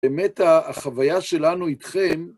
באמת החוויה שלנו איתכם...